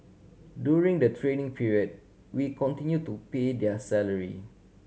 during the training period we continue to pay their salary